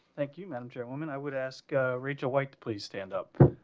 thank you, madam chairwoman. i would ask rachel white, please stand up